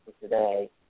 today